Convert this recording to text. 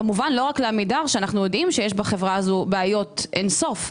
כמובן לא רק לעמידר שאנחנו יודעים שיש בחברה הזו אין סוף בעיות.